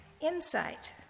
insight